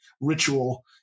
ritual